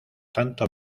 tanto